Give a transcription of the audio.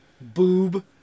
Boob